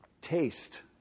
Taste